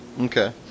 okay